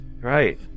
Right